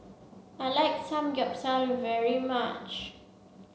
I like Samgeyopsal very much